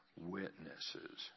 witnesses